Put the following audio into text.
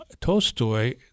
Tolstoy